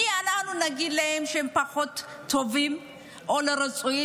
מי אנחנו שנגיד להם שהם פחות טובים או לא רצויים?